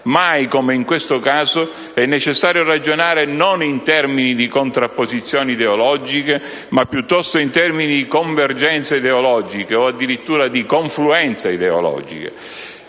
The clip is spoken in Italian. Mai come in questo caso è necessario ragionare non in termini contrapposizioni ideologiche ma piuttosto in termini di convergenza ideologica o, addirittura, di confluenza ideologica,